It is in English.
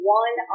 one